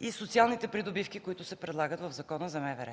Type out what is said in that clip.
и социалните придобивки, които се предлагат в Закона за МВР.